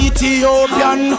Ethiopian